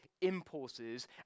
impulses